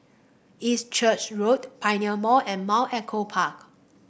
East Church Road Pioneer Mall and Mount Echo Park